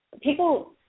People